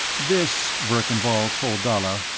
this, verkan vall told dalla,